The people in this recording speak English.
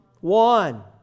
one